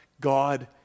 God